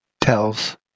tells